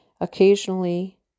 Occasionally